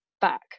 back